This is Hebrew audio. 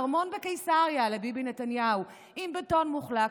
ארמון בקיסריה לביבי נתניהו עם בטון מוחלק,